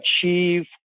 achieve